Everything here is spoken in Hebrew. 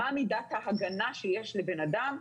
מה מידת ההגנה שיש לבן אדם,